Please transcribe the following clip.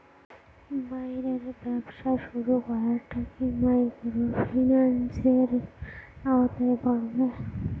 বইয়ের ব্যবসা শুরু করাটা কি মাইক্রোফিন্যান্সের আওতায় পড়বে?